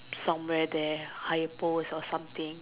somewhere there high post or something